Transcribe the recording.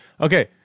Okay